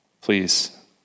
Please